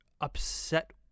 upset